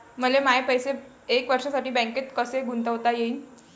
मले माये पैसे एक वर्षासाठी बँकेत कसे गुंतवता येईन?